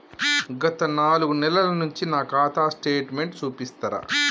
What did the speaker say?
గత నాలుగు నెలల నుంచి నా ఖాతా స్టేట్మెంట్ చూపిస్తరా?